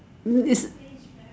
mm its